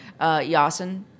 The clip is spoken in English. Yasin